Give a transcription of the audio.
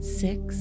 six